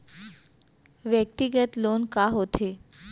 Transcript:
व्यक्तिगत लोन का होथे?